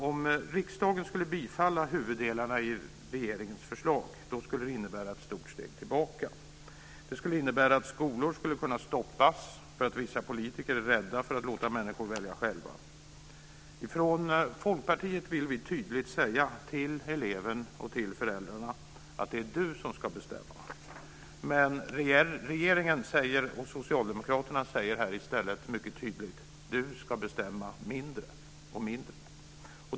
Om riksdagen skulle bifalla huvuddelarna i regeringens förslag skulle det innebära ett stort steg tillbaka. Det skulle innebära att skolor skulle kunna stoppas för att vissa politiker är rädda för att låta människor välja själva. Från Folkpartiet vill vi tydligt säga till eleven och till föräldrarna: Det är du som ska bestämma. Men regeringen och Socialdemokraterna säger här i stället mycket tydligt: Du ska bestämma mindre och mindre.